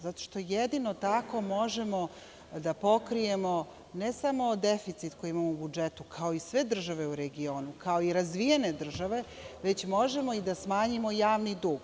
Zato što jedino tako možemo da pokrijemo ne samo deficit koji imamo u budžetu, kao i sve države u regionu, kao i razvijene države, već možemo i da smanjimo javni dug.